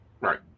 Right